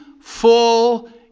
full